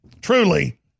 truly